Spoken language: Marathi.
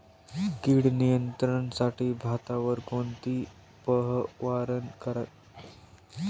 कीड नियंत्रणासाठी भातावर कोणती फवारणी करावी?